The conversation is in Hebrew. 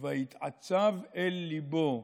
"ויתעצב על לִבו"